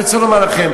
אני רוצה לומר לכם,